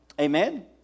Amen